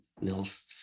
Nils